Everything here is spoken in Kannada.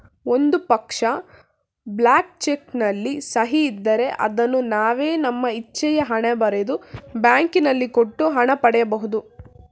ಒಂದು ಪಕ್ಷ, ಬ್ಲಾಕ್ ಚೆಕ್ ನಲ್ಲಿ ಸಹಿ ಇದ್ದರೆ ಅದನ್ನು ನಾವೇ ನಮ್ಮ ಇಚ್ಛೆಯ ಹಣ ಬರೆದು, ಬ್ಯಾಂಕಿನಲ್ಲಿ ಕೊಟ್ಟು ಹಣ ಪಡಿ ಬಹುದು